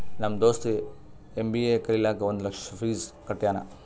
ನಮ್ ದೋಸ್ತ ಎಮ್.ಬಿ.ಎ ಕಲಿಲಾಕ್ ಒಂದ್ ಲಕ್ಷ ಫೀಸ್ ಕಟ್ಯಾನ್